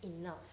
enough